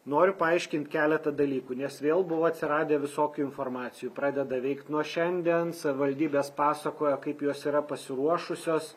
noriu paaiškint keletą dalykų nes vėl buvo atsiradę visokių informacijų pradeda veikt nuo šiandien savivaldybės pasakojo kaip jos yra pasiruošusios